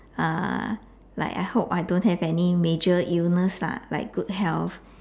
uh like I hope I don't have any major illness lah like good health